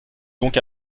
donc